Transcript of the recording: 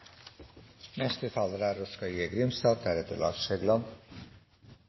Neste taler er